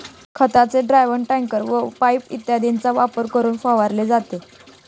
खताचे द्रावण टँकर व पाइप इत्यादींचा वापर करून फवारले जाते